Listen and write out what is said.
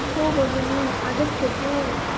भोः भगिनि आगच्छतु